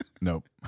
Nope